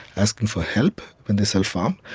asking for help when they self-harm,